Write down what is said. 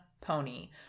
pony